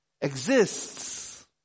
exists